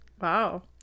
Wow